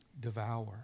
devour